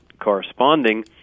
corresponding